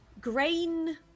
grain